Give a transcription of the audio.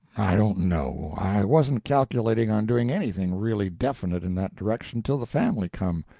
i don't know. i wasn't calculating on doing anything really definite in that direction till the family come.